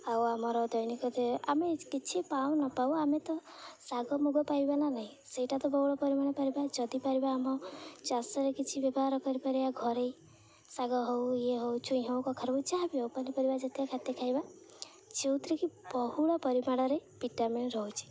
ଆଉ ଆମର ଦୈନିକ ଯେ ଆମେ କିଛି ପାଉ ନ ପାଉ ଆମେ ତ ଶାଗ ମୁଗ ପାଇବା ନା ନାହିଁ ସେଇଟା ତ ବହୁଳ ପରିମାଣ ପାରିବା ଯଦି ପାରିବା ଆମ ଚାଷରେ କିଛି ବ୍ୟବହାର କରିପାରିବା ଘରେ ଶାଗ ହଉ ଇଏ ହଉ ଛୁଇଁ ହଉ କଖାରୁ ହଉ ଯାହା ବିି ପନିପରିବା ଯେତେ ଖାଦ୍ୟ ଖାଇବା ଯେଉଁଥିରେକି ବହୁଳ ପରିମାଣରେ ଭିଟାମିିନ ରହୁଛି